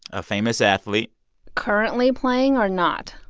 a famous athlete currently playing or not?